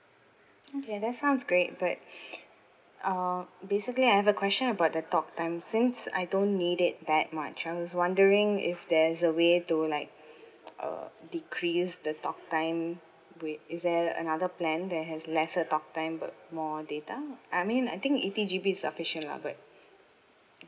okay that sounds great but um basically I have a question about the talk time since I don't need it that much I was wondering if there's a way to like uh decrease the talk time with is there another plan that has lesser talk time but more data I mean I think eighty G_B is sufficient lah but